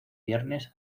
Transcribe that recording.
viernes